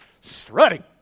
Strutting